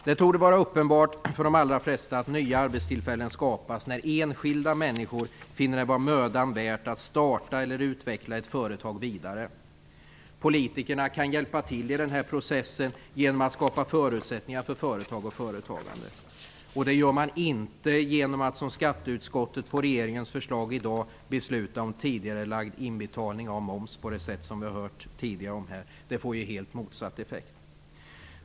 Det torde vara uppenbart för de allra flesta att nya arbetstillfällen skapas när enskilda människor finner det vara mödan värt att starta eller utveckla ett företag vidare. Politikerna kan hjälpa till i den här processen genom att skapa förutsättningar för företag och företagande. Och det gör man inte genom att som skatteutskottet på regeringens förslag i dag tillstyrka tidigarelagd inbetalning av moms på det sätt som vi har hört tidigare. Det får helt motsatt effekt.